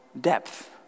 depth